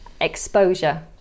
exposure